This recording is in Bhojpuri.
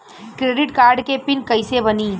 क्रेडिट कार्ड के पिन कैसे बनी?